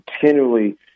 continually